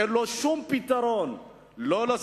אין לו שום פתרון לסכסוך